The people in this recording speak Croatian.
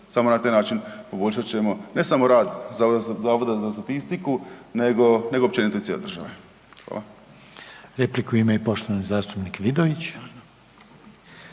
samo na taj način poboljšat ćemo ne samo rad Zavoda za statistiku nego, nego općenito i cijele države. Hvala. **Reiner, Željko (HDZ)** Repliku ima i poštovani zastupnik Vidović.